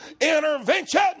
intervention